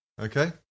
Okay